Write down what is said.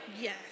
Yes